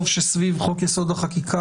טוב שסביב חוק יסוד: החקיקה,